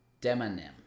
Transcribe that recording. demonym